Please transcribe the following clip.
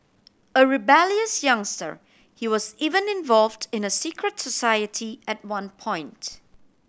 a rebellious youngster he was even involved in a secret society at one point